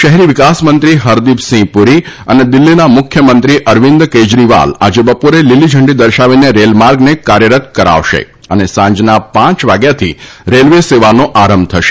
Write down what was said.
શહેરી વિકાસમંત્રી હરદીપસિંહ પુરી અને દિલ્ફીના મુખ્યમંત્રી અરવિંદ કેજરીવાલ આજે બપોરે લીલી ઝંડી દર્શાવી રેલ માર્ગને કાર્યરત કરાવશે અને સાંજના પાંચ વાગ્યાથી રેલવે સેવાનો આરંભ થશે